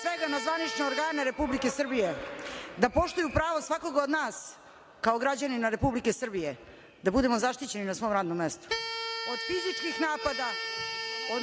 svega, na zvanične organe Republike Srbije da poštuju prava svakoga od nas kao građanina Republike Srbije, da budemo zaštićeni na svom radnom mestu, od fizičkih napada, od